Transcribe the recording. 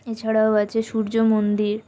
এছাড়াও আছে সূর্য মন্দির